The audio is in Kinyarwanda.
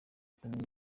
atamenya